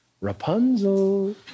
Rapunzel